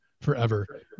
forever